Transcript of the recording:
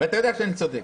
ואתה יודע שאני צודק.